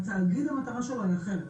התאגיד המטרה שלו היא אחרת,